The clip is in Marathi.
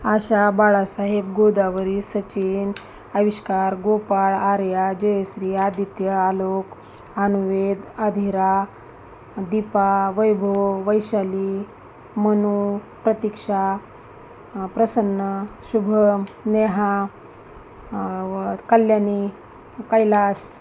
आशा बाळासाहेब गोदावरी सचिन आविष्कार गोपाळ आर्या जयश्री आदित्य आलोक आनुवेद आधिरा दीपा वैभव वैशाली मनू प्रतीक्षा प्रसन्ना शुभम नेहा वत कल्यानी कैलास